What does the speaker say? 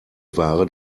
ware